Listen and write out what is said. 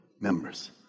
members